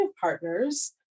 partners